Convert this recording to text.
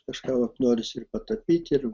kažką vat norisi tapyti ir